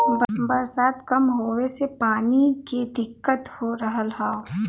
बरसात कम होए से पानी के दिक्कत हो रहल हौ